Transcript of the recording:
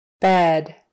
Bed